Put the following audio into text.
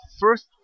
first